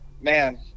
man